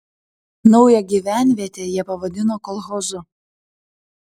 naują gyvenvietę jie pavadino kolchozu